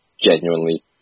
genuinely